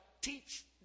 teach